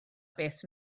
beth